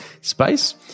space